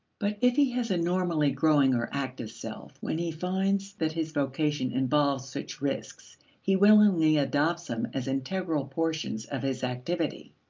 but, if he has a normally growing or active self, when he finds that his vocation involves such risks, he willingly adopts them as integral portions of his activity.